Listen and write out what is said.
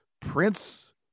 Prince